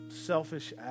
selfish